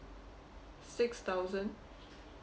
six thousand